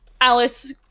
Alice